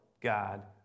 God